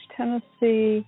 Tennessee